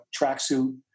tracksuit